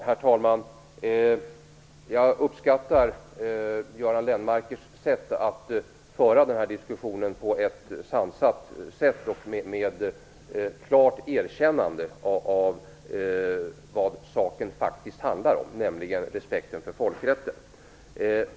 Herr talman! Jag uppskattar att Göran Lennmarker för denna diskussion på ett sansat sätt och med klart erkännande av vad saken faktiskt handlar om, nämligen respekten för folkrätten.